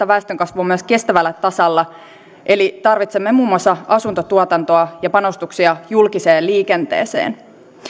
väestönkasvua myös kestävällä tasolla eli tarvitsemme muun muassa asuntotuotantoa ja panostuksia julkiseen liikenteeseen